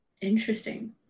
Interesting